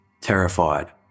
Terrified